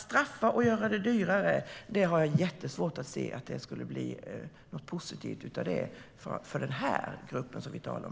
Jag har svårt att se att det skulle bli något positivt av att straffa och göra det dyrare att anställa den grupp som vi talar om nu.